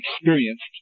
experienced